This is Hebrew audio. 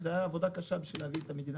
זאת הייתה עבודה קשה בשביל להביא את המדינה